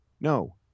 No